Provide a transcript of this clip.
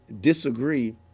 disagree